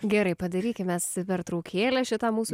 gerai padarykim mes prtraukėlę šitam mūsų